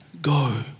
go